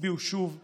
יצביעו שוב לליכוד.